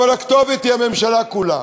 אבל הכתובת היא הממשלה כולה.